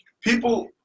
People